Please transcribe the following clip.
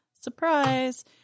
Surprise